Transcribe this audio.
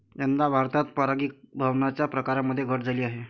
यंदा भारतात परागीभवनाच्या प्रकारांमध्ये घट झाली आहे